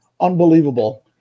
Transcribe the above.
unbelievable